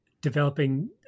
developing